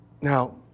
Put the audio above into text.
Now